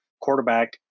quarterback